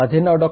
माझे नाव डॉ